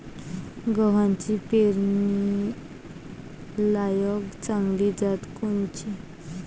गव्हाची पेरनीलायक चांगली जात कोनची?